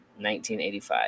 1985